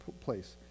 place